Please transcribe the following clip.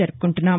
జరుపుకుంటున్నాం